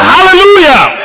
Hallelujah